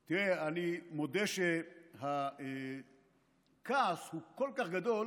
תראה, אני מודה שהכעס הוא כל כך גדול